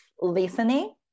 listening